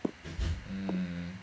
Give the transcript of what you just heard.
mm